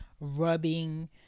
rubbing